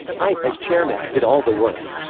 i, as chairman, did all the work.